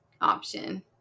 option